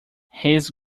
his